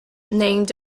named